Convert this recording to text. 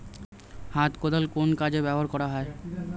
হাত কোদাল কোন কাজে ব্যবহার করা হয়?